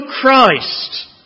Christ